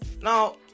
now